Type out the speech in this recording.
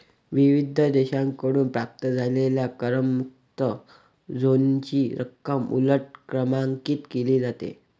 विविध देशांकडून प्राप्त झालेल्या करमुक्त झोनची रक्कम उलट क्रमांकित केली जाते